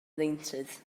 ddeintydd